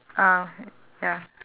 ah ya